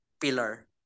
pillar